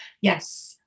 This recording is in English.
Yes